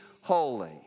holy